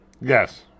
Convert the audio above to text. Yes